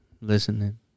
listening